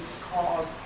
cause